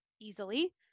easily